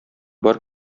бар